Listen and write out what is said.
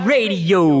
Radio